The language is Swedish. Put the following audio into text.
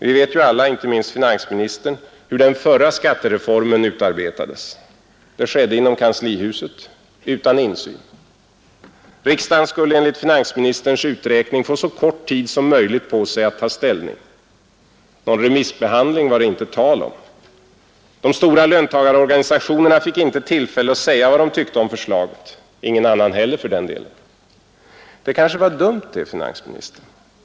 Vi vet alla — inte minst finansministern — hur den förra skattereformen utarbetades. Det skedde inom kanslihuset, utan insyn. Riksdagen skulle enligt finansministerns uträkning få så kort tid som möjligt på sig 75 att ta ställning. Någon remissbehandling var det inte tal om. De stora löntagarorganisationerna fick inte tillfälle att säga vad de tyckte om förslaget. Ingen annan heller för den delen. Det kanske var dumt det, finansministern.